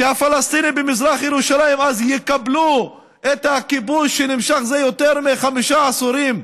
שהפלסטינים במזרח ירושלים יקבלו את הכיבוש שנמשך זה יותר מחמישה עשורים,